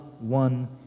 one